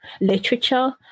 literature